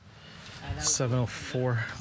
7.04